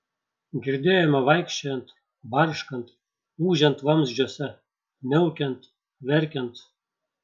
girdėjome vaikščiojant barškant ūžiant vamzdžiuose miaukiant verkiant